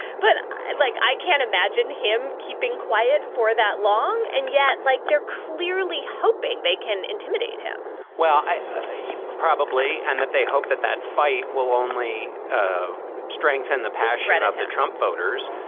but like, i can't imagine him keeping quiet for that long. and yet, like, they're clearly hoping they can intimidate him well, i probably and that they hope that that fight will only ah strengthen the passion of the trump voters.